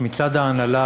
מצד ההנהלה,